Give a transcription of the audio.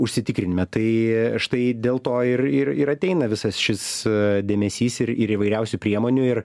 užsitikrinime tai štai dėl to ir ir ir ateina visas šis dėmesys ir ir įvairiausių priemonių ir